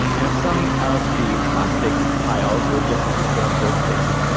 and if some of the plastic piles were just too corrupted, they could